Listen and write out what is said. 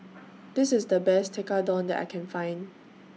This IS The Best Tekkadon that I Can Find